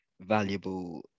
valuable